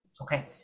Okay